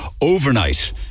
Overnight